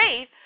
faith